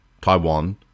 Taiwan